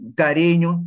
carinho